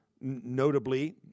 notably –